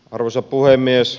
arvoisa puhemies